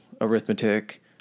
arithmetic